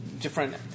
different